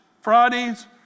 Fridays